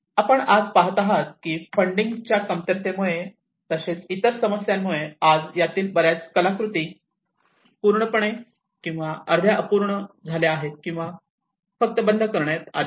परंतु आज आपण पाहत आहात की फंडिंग च्या कमतरतेमुळे इतर समस्यांमुळे आज यातील बर्याच कलाकृती पूर्णपणे अर्ध्या पूर्ण झाल्या आहेत किंवा फक्त बंद करण्यात आल्या आहेत